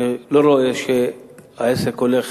אני לא רואה שהעסק הולך